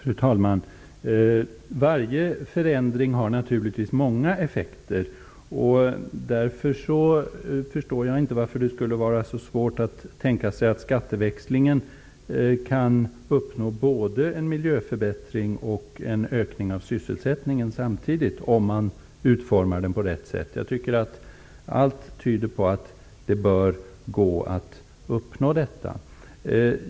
Fru talman! Varje förändring har naturligtvis många effekter. Därför förstår jag inte varför det skulle vara så svårt att tänka sig att man med skatteväxlingen samtidigt kan uppnå en miljöförbättring och en ökning av sysselsättningen, om man utformar den på rätt sätt. Jag tycker att allt tyder på att det bör gå att uppnå detta.